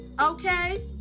okay